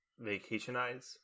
vacationize